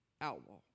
Outlaw